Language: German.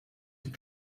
die